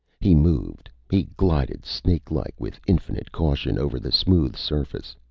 he moved. he glided snakelike, with infinite caution, over the smooth surface.